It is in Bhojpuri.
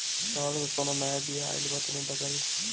चावल के कउनो नया बिया आइल बा तनि बताइ?